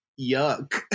yuck